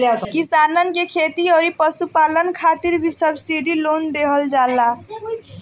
किसानन के खेती अउरी पशुपालन खातिर भी सब्सिडी लोन देहल जाला